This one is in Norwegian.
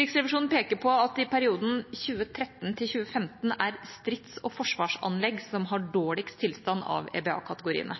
Riksrevisjonen peker på at i perioden 2013–2015 er det strids- og forsvarsanlegg som har dårligst tilstand av EBA-kategoriene.